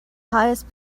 highest